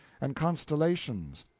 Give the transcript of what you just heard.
and constellations,